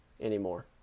anymore